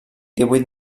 divuit